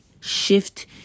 shift